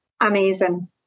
amazing